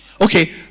Okay